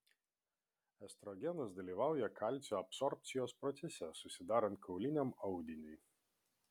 estrogenas dalyvauja kalcio absorbcijos procese susidarant kauliniam audiniui